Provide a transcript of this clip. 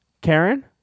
Karen